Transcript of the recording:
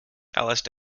alice